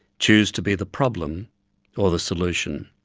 choose to be the problem or the solution?